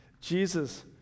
Jesus